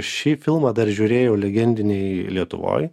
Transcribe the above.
šį filmą dar žiūrėjau legendinėj lietuvoj